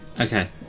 Okay